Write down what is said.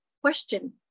question